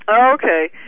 Okay